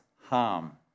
harm